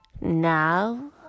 Now